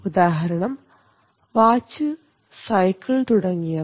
ഉദാഹരണം watch cycle തുടങ്ങിയവ